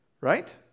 right